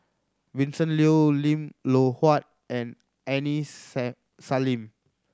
Vincent Leow Lim Loh Huat and Aini Salim